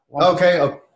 Okay